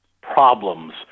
problems